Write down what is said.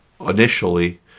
initially